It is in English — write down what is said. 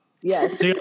Yes